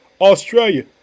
Australia